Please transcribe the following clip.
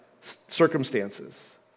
circumstances